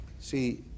see